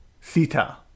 Sita